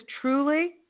truly